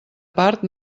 part